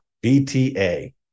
B-T-A